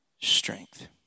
strength